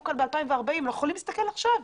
כאן בשנת 2040 אלא אנחנו יכולים לראות עכשיו,